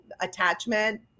attachment